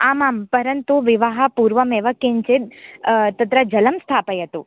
आम् आं परन्तु विवाहपूर्वमेव किञ्चिद् तत्र जलं स्थापयतु